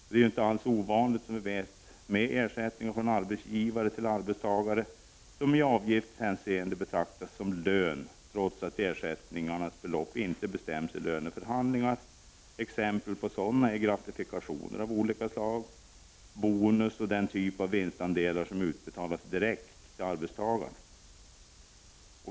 Det är inte alls ovanligt med ersättningar från arbetsgivare till arbetstagare som i avgiftshänseende betraktas som lön, trots att ersättningarnas belopp inte bestäms i löneförhandlingar. Exempel på sådana ersättningar är gratifikationer, bonus och vinstandelar av den typ som utbetalas direkt till arbetstagare.